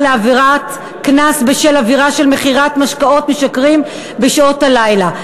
לעבירת קנס בשל עבירה של משקאות משכרים בשעות הלילה.